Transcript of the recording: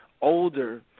older